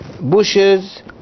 bushes